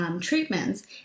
treatments